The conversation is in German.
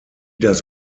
das